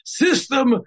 system